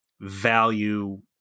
value